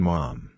Mom